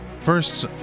First